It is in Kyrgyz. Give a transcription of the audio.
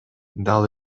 дал